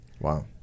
Wow